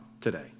today